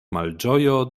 malĝojo